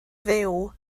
fyw